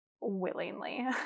willingly